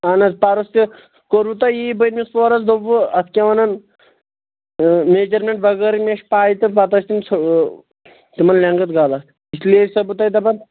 اَہَن حظ پَرُس تہِ کوٚروُ تۄہہِ یی بٔنِمِس پوہرَس دوٚپوُ اَتھ کیٛاہ وَنان تہٕ میجَرمٮ۪نٛٹ بَغٲرٕے مےٚ چھِ پَے تہٕ پَتہٕ ٲسۍ تِم تِمَن لٮ۪نگٕتھ غلط اِسلیے چھُسو بہٕ تۄہہِ دَپان